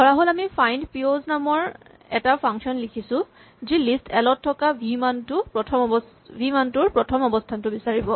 ধৰাহ'ল আমি ফাইন্ডপিঅ'ছ নামৰ এটা ফাংচন লিখিছো যি লিষ্ট এল ত থকা ভি মানটোৰ প্ৰথম অৱস্হানটো বিচাৰিব